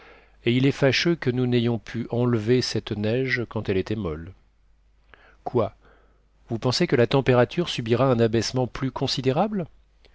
et il est fâcheux que nous n'ayons pu enlever cette neige quand elle était molle quoi vous pensez que la température subira un abaissement plus considérable